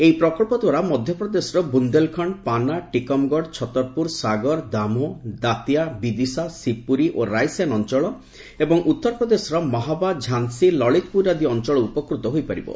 ଏହି ପ୍ରକଳ୍ପ ଦ୍ୱାରା ମଧ୍ୟପ୍ରଦେଶର ବୁନ୍ଦେଲଖଣ୍ଡପାନା ଟିକମ୍ଗଡ ଛତରପୁର ସାଗର ଦାମୋହ ଦାତିଆ ବିଦିଶା ଶିବ୍ପ୍ରରୀ ଓ ରାଇସେନ ଅଞ୍ଚଳ ଏବଂ ଉତ୍ତରପ୍ରଦେଶର ମାହାବା ଝାନ୍ସୀ ଲଳିତପ୍ରର ଆଦି ଅଞ୍ଚଳ ଉପକୃତ ହୋଇପାରିବେ